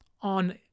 on